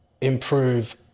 improve